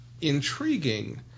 intriguing